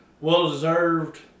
well-deserved